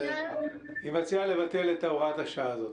היא מציעה לבטל את הוראת השעה הזאת.